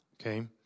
Okay